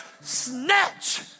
snatch